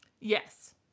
Yes